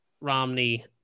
Romney